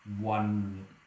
one